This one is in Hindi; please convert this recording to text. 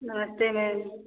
नमस्ते मैम